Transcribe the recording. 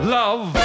love